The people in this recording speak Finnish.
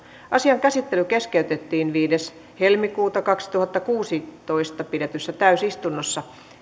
asian käsittely keskeytettiin viides toista kaksituhattakuusitoista pidetyssä täysistunnossa